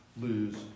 lose